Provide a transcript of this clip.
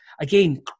again